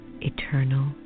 eternal